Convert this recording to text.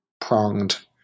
pronged